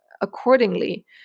accordingly